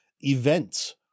events